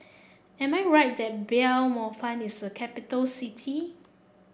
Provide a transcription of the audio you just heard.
am I right that Belmopan is a capital city